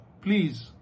please